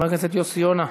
חבר הכנסת יוסי יונה?